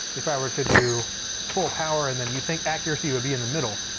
if i were to do full power and then you think accuracy would be in the middle,